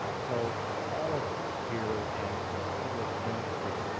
so all of us here, and people that you don't see,